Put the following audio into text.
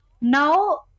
now